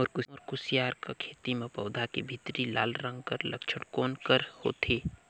मोर कुसियार कर खेती म पौधा के भीतरी लाल रंग कर लक्षण कौन कर होथे?